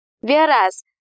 Whereas